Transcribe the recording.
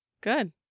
good